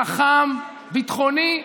חכם, ביטחוני,